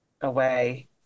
away